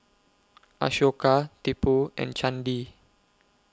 Ashoka Tipu and Chandi